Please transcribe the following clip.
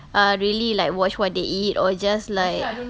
uh really like watch what they eat or just like